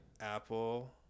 apple